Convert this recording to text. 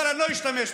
אבל אני לא אשתמש בו.